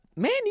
Man